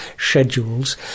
schedules